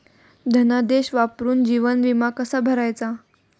धनादेश वापरून जीवन विमा कसा भरायचा?